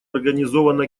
организовано